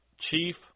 chief